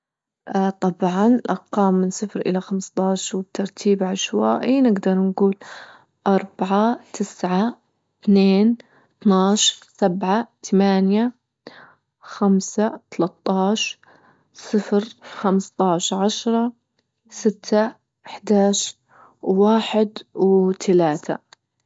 اه طبعا أرقام من صفر إلى خمسطعش وبترتيب عشوائي، نقدر نقول أربعة، تسعة، أثنين، أطنعش، سبعة ، ثمانية، خمسة، تلاطعش، صفر، خمسطعش، عشرة، ستة، أحداش، واحد، وتلاتة.